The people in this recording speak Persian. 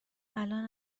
الان